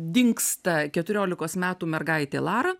dingsta keturiolikos metų mergaitė lara